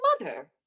mother